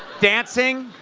dancing?